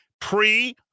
Pre